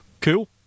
Cool